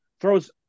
throws